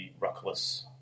Ruckless